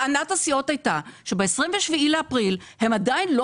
טענת הסיעות הייתה שב-27 באפריל הם עדיין לא